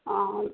हाँ